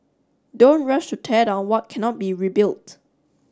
don't rush to tear down what cannot be rebuilt